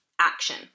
action